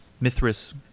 Mithras